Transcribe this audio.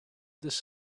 this